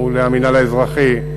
מול המינהל האזרחי,